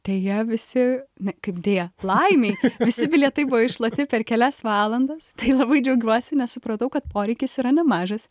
deja visi ne kaip deja laimei visi bilietai buvo iššluoti per kelias valandas tai labai džiaugiuosi nes supratau kad poreikis yra nemažas